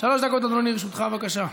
שלוש דקות, אדוני, לרשותך, בבקשה.